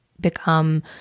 become